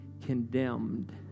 condemned